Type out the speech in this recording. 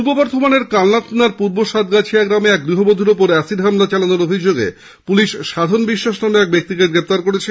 পূর্ব বর্ধমানের কালনা থানার পূর্ব সাতগাছিয়া গ্রামে এক গৃহবধর ওপর অ্যাসিড হামলা চালানোর অভিযোগে পুলিশ সাধন বিশ্বাস নামে এক ব্যক্তিকে গ্রেপ্তার করেছে